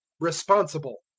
responsible.